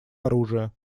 оружия